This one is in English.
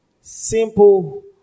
simple